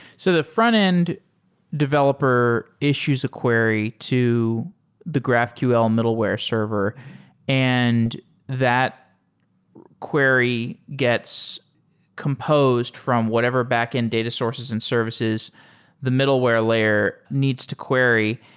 so the frontend developer issues a query to the graphql middleware server and that query gets composed from whatever backend data sources and services the middleware layer needs to query,